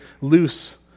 loose